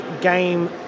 game